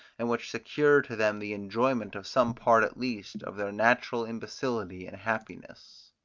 and which secure to them the enjoyment of some part at least of their natural imbecility and happiness.